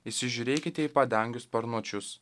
įsižiūrėkite į padangių sparnuočius